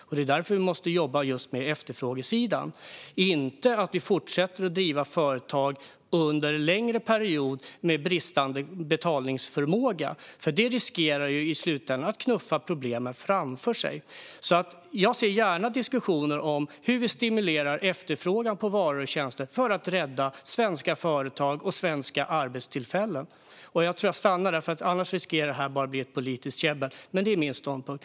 Det är också därför vi måste jobba just med efterfrågesidan. Man ska inte under en längre period fortsätta att driva företag med bristande betalningsförmåga, för då riskerar man i slutändan att knuffa problemen framför sig. Jag ser gärna diskussioner om hur vi stimulerar efterfrågan på varor och tjänster för att rädda svenska företag och svenska arbetstillfällen. Jag tror att jag stannar där, för annars riskerar det här att bara bli politiskt käbbel. Men detta är min ståndpunkt.